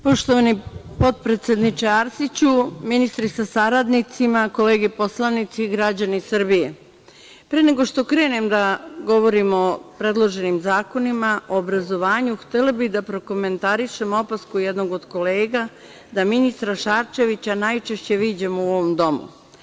Poštovani potpredsedniče Arsiću, ministri sa saradnicima, kolege poslanici, građani Srbije, pre nego što krenem da govorim o predloženim zakonima o obrazovanju, htela bih da prokomentarišem opasku jednog od kolega da ministra Šarčevića najčešće viđamo u ovom domu.